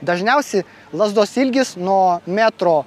dažniausi lazdos ilgis nuo metro